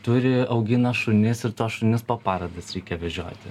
turi augina šunis ir tuos šunis po parodas reikia vežioti